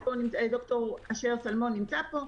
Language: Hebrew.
ד"ר אשר שלמון נמצא פה,